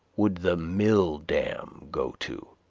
would the mill-dam go to?